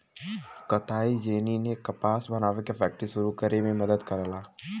कताई जेनी ने कपास बनावे के फैक्ट्री सुरू करे में मदद करला